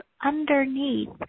underneath